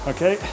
Okay